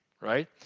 right